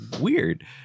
weird